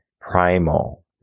primal